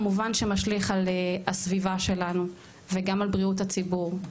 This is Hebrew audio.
כמובן שמשליך על הסביבה שלנו וגם על בריאות הציבור,